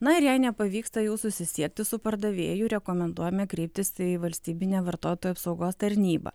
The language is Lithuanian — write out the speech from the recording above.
na ir jei nepavyksta jau susisiekti su pardavėju rekomenduojame kreiptis į valstybinę vartotojų apsaugos tarnybą